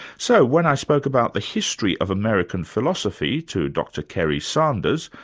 so when i spoke about the history of american philosophy to dr kerry sanders,